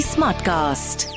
Smartcast